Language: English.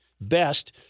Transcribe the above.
Best